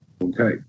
Okay